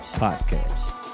podcast